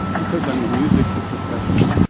because i'm a music professor.